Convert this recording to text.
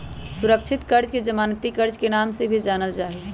सुरक्षित कर्ज के जमानती कर्ज के नाम से भी जानल जाहई